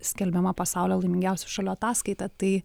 skelbiama pasaulio laimingiausių šalių ataskaita tai